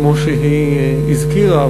כמו שהיא הזכירה,